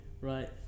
right